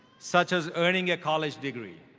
such as earning a college degree,